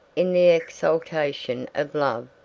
in the exaltation of love,